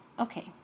Okay